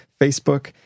Facebook